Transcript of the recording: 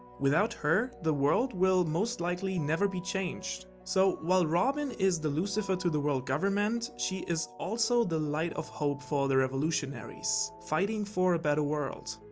without her, the world will most likely never be changed. so, while robin is the lucifer to the world government, she is also the light of hope for the revolutionaries, fighting for a better world.